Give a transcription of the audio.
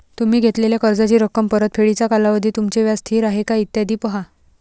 तुम्ही घेतलेल्या कर्जाची रक्कम, परतफेडीचा कालावधी, तुमचे व्याज स्थिर आहे का, इत्यादी पहा